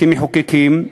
כמחוקקים,